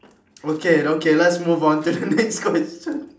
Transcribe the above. okay okay let's move on to the next question